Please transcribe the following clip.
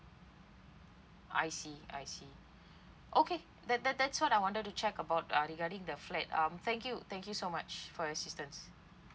I see I see okay that that that's what I wanted to check about uh regarding the flat um thank you thank you so much for your assistance